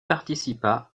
participa